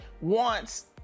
wants